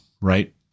right